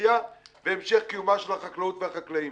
המחיה והמשך קיומם של החקלאות והחקלאים.